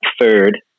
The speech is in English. third